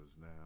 now